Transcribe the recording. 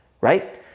right